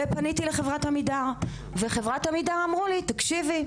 ופניתי לחברת עמידר וחברת עמידר אמרו לי תקשיבי,